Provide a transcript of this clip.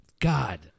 God